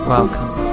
Welcome